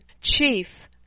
chief